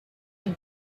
have